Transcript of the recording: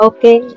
Okay